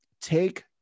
Take